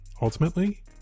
Ultimately